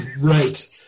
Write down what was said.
Right